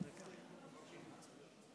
2020,